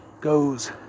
goes